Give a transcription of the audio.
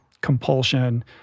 compulsion